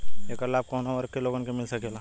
ऐकर लाभ काउने वर्ग के लोगन के मिल सकेला?